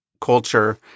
culture